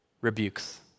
rebukes